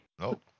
Nope